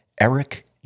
Eric